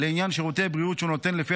לעניין שירותי הבריאות שהוא נותן לפי